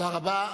תודה רבה.